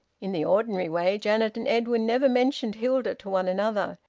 in the ordinary way janet and edwin never mentioned hilda to one another.